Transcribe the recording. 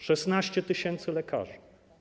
16 tys. lekarzy.